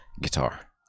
guitar